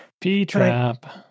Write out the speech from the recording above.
P-trap